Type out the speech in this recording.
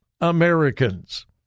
Americans